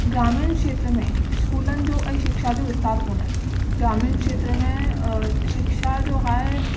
ग्रामीण खेत्र में स्कूलनि जो ऐं शिक्षा जो विस्तारु कोन्ह आहे ग्रामीण खेत्र में शिक्षा जो हाल